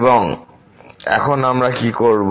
এবং এখন আমরা কি করব